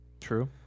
True